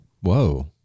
Whoa